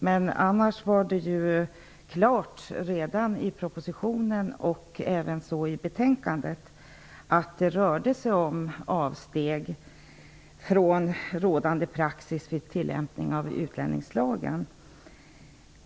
Men för övrigt var det ju klart redan i propositionen och även i betänkandet att det rörde sig om avsteg från rådande praxis vid tillämpning av utlänningslagen.